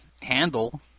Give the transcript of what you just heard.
handle